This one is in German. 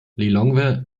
lilongwe